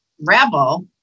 rebel